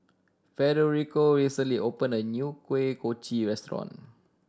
Federico recently opened a new Kuih Kochi restaurant